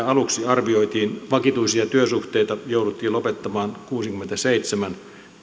aluksi arvioitiin vakituisia työsuhteita jouduttiin lopettamaan kuudenkymmenenseitsemän